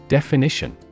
Definition